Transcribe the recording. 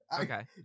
Okay